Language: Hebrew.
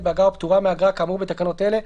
באגרה או פטורה מאגרה כאמור בתקנות אלה,